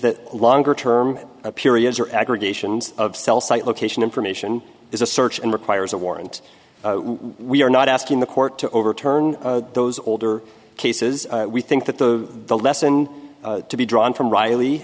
that longer term periods or aggregations of cell site location information is a search and requires a warrant we are not asking the court to overturn those older cases we think that the lesson to be drawn from riley